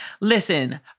Listen